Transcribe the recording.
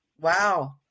wow